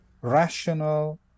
rational